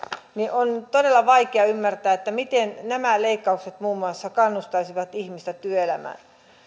on todella vaikea ymmärtää miten nämä leikkaukset muun muassa kannustaisivat ihmistä työelämään